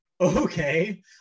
Okay